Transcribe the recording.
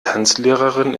tanzlehrerin